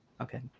Okay